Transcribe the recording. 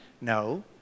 No